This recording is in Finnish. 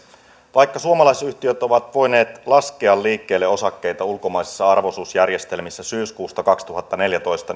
vaikka suomalaisyhtiöt ovat voineet laskea liikkeelle osakkeita ulkomaisissa arvo osuusjärjestelmissä syyskuusta kaksituhattaneljätoista